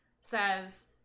says